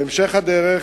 בהמשך הדרך